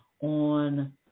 on